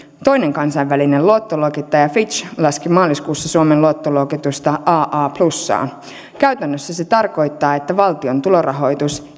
toinen kansainvälinen luottoluokittaja fitch laski maaliskuussa suomen luottoluokitusta aa plus aan käytännössä se tarkoittaa että valtion tulorahoitus